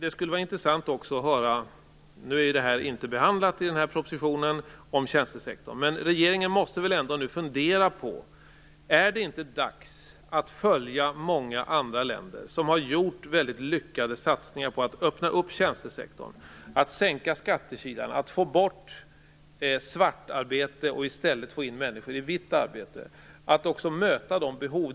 Tjänstesektorn är inte behandlad i den här propositionen, men regeringen måste väl ändå fundera över om det inte är dags att följa många andra länder som har gjort lyckade satsningar på att öppna tjänstesektorn. Det handlar om att sänka skattekilarna och få bort svart arbete och i stället få in människor i vitt arbete, att också möta de behoven.